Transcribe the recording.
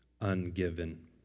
ungiven